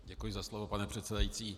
Děkuji za slovo, pane předsedající.